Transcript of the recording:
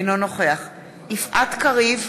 אינו נוכח יפעת קריב,